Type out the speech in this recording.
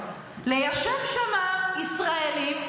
ליישב שם ישראלים,